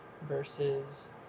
versus